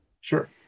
Sure